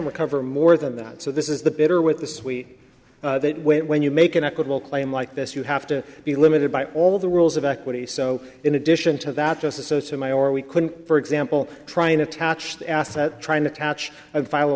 recover more than that so this is the bitter with the sweet that way when you make an equitable claim like this you have to be limited by all the rules of equity so in addition to that justice sotomayor we couldn't for example try and attached assets trying to attach and file a